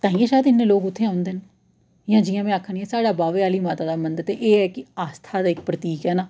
ताइयें शायद इन्ने लोक उत्थै औंदे न इ'यां जि'यां में आक्खनी आं साढ़े बाह्वे आह्ली माता दा मंदर ते एह् ऐ कि आस्था दा इक प्रतीक ऐ न